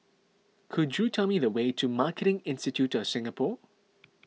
could you tell me the way to Marketing Institute of Singapore